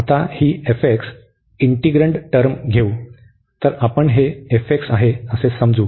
आता ही f integrand term घेऊ तर आपण हे f आहे असे समजू